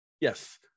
Yes